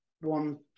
one